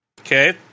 Okay